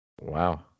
Wow